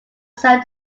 self